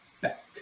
back